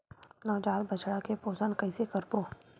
नवजात बछड़ा के पोषण कइसे करबो?